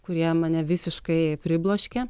kurie mane visiškai pribloškė